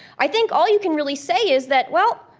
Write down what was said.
i think all you can really say is that, well,